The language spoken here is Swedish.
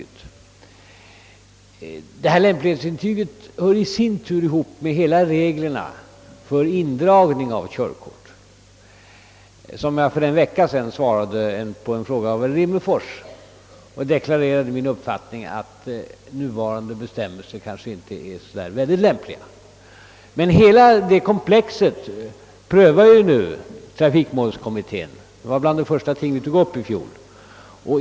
Frågan om detta lämplighetsintyg hänger i sin tur samman med hela frågan om reglerna för indragning av körkort. För en vecka sedan deklarerade jag i ett svar på en fråga av herr Rimmerfors min uppfattning, att nuvarande bestämmelser kanske inte är så lämpliga. Men hela detta frågekomplex prövas nu av trafikmålskommittén; detta var ett av de första ting kommittén tog upp i fjol.